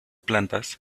plantas